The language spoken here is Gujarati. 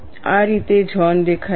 આ રીતે ઝોન દેખાય છે